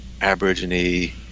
Aborigine